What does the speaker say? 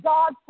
God